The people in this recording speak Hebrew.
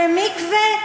במקווה,